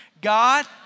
God